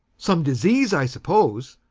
some disease, i suppose.